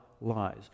lies